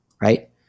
right